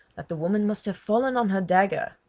that the woman must have fallen on her dagger.